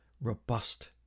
robust